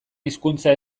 hizkuntza